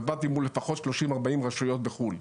ועבדתי מול לפחות 30 או 40 רשויות בחו"ל.